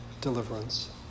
deliverance